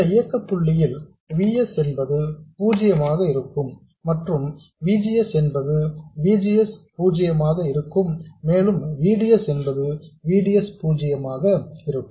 இந்த இயக்க புள்ளியில் V s என்பது 0 ஆக இருக்கும் மற்றும் V G S என்பது V G S 0 ஆக இருக்கும் மேலும் V D S என்பது V D S 0 ஆக இருக்கும்